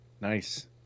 nice